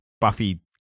Buffy